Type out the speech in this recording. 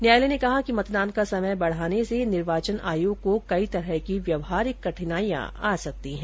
न्यायालय ने कहा कि मतदान का समय बढ़ाने से निर्वाचन आयोग को कई तरह की व्यवहारिक कठिनाइयां हो सकती हैं